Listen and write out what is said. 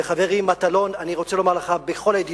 וחברי מטלון, אני רוצה לומר לך בכל הידידות,